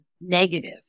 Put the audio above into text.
negative